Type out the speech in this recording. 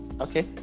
okay